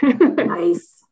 Nice